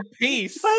peace